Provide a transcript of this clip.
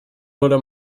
oder